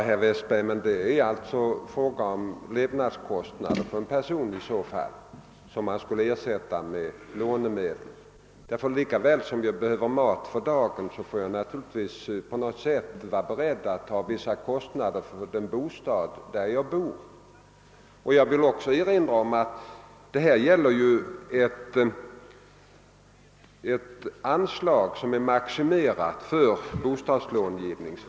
Herr talman! Som herr Westberg i Ljusdal framlägger saken är det fråga om att med lånemedel bidra till levnadskostnaderna för en person. Men lika väl som vi behöver mat för dagen får vi vara beredda att vidkännas vissa kostnader för den bostad, i vilken vi bor. Jag vill också erinra om att detta gäller ett anslag som är avsett just för bostadslångivning.